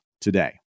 today